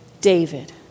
David